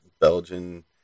Belgian